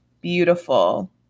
beautiful